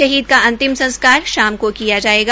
शहीद का अंतिम संस्कार शाम को किया जायेगा